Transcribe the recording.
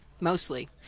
mostly